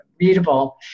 readable